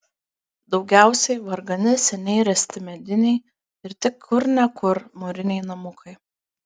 daugiausiai vargani seniai ręsti mediniai ir tik kur ne kur mūriniai namukai